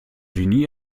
genie